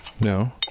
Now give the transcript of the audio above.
No